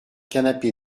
canapé